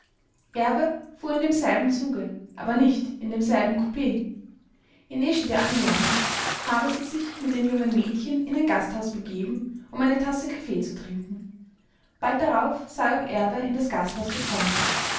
erbe fuhr in demselben zuge aber nicht in demselben kupee in eschede angelangt habe sie sich mit dem jungen mädchen in ein gasthaus begeben um eine tasse kaffee zu trinken bald darauf sei auch erbe in das gasthaus gekommen